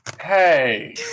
Hey